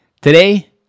Today